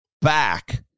back